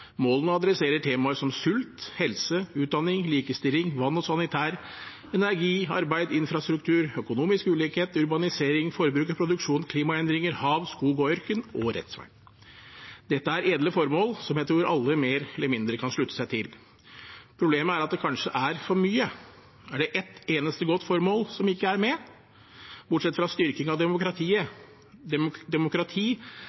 Målene tar for seg temaer som sult, helse, utdanning, likestilling, vann og sanitær, energi, arbeid, infrastruktur, økonomisk ulikhet, urbanisering, forbruk og produksjon, klimaendringer, hav, skog og ørken, og rettsvern. Dette er edle formål som jeg tror alle mer eller mindre kan slutte seg til. Problemet er at det kanskje er for mye. Er det ett eneste godt formål som ikke er med? Bortsett fra styrking av